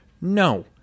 No